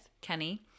Kenny